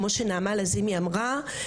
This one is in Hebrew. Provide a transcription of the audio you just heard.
כמו שנעמה לזימי חברת הכנסת אמרה קודם,